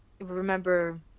remember